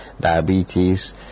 diabetes